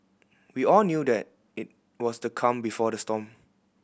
we all knew that it was the calm before the storm